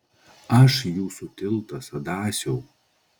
aš jūsų tiltas adasiau